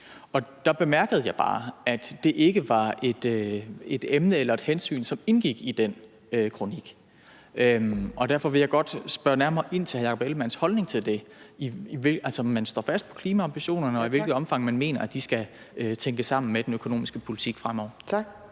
Der bemærkede jeg bare, at det ikke var et emne eller et hensyn, som indgik i den kronik. Derfor vil jeg godt spørge nærmere ind til hr. Jakob Ellemann-Jensens holdning til det, altså om man står fast på klimaambitionerne, og i hvilket omfang man mener at de skal tænkes sammen med den økonomiske politik fremover. Kl.